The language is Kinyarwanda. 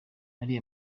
ari